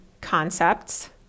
concepts